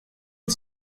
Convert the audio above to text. the